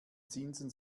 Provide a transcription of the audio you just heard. zinsen